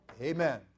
Amen